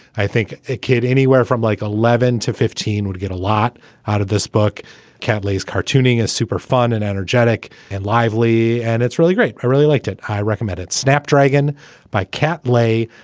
i think a kid anywhere from like eleven to fifteen would get a lot out of this book cathles cartooning is super fun and energetic and lively and it's really great. i really liked it. i recommended snapdragon by cantlay.